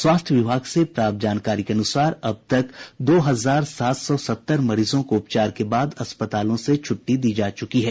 स्वास्थ्य विभाग से प्राप्त जानकारी के अनुसार अब तक दो हजार सात सौ सत्तर मरीजों को उपचार के बाद अस्पतालों से छुट्टी दी जा चुकी है